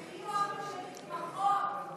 הם יחיו ארבע שנים פחות במקומות האלה.